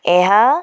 ଏହା